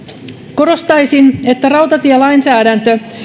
korostaisin että rautatielainsäädäntö